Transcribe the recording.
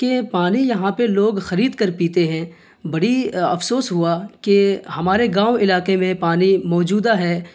کہ پانی یہاں پہ لوگ خرید کر پیتے ہیں بڑی افسوس ہوا کہ ہمارے گاؤں علاقے میں پانی موجودہ ہے